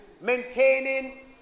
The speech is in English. maintaining